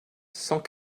cent